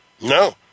no